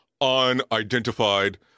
unidentified